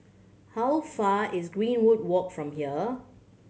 how far is Greenwood Walk from here